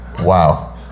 Wow